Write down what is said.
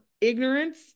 ignorance